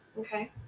okay